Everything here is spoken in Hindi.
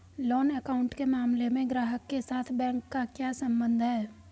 लोन अकाउंट के मामले में ग्राहक के साथ बैंक का क्या संबंध है?